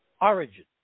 origin